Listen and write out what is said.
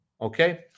Okay